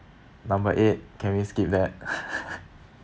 number eight can we skip that